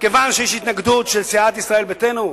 כיוון שיש התנגדות של סיעת ישראל ביתנו?